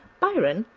byron,